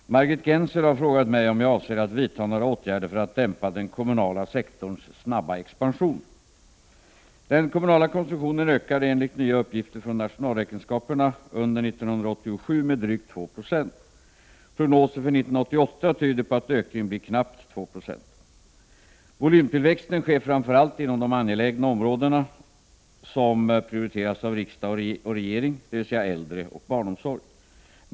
Herr talman! Margit Gennser har frågat mig om jag avser att vidta några åtgärder för att dämpa den kommunala sektorns snabba expansion. Den kommunala konsumtionen ökade, enligt nya uppgifter från nationalräkenskaperna, under 1987 med drygt 2 20. Prognosen för 1988 tyder på att ökningen blir knappt 2 26. Volymtillväxten sker framför allt inom de angelägna områden som prioriteras av riksdag och regering, dvs. äldreoch barnomsorg.